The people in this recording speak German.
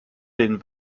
den